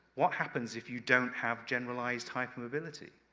what happens if you don't have generalized hypermobility?